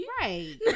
Right